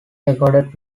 recorded